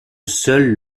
seul